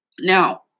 Now